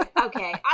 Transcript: okay